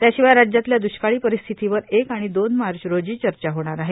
त्याशिवाय राज्यातल्या दुष्काळी परिस्थितीवर एक आणि दोन मार्च रोजी चर्चा होणार आहे